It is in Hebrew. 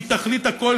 היא תכלית הכול,